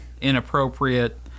inappropriate